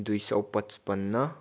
दुई सय पच्चपन्न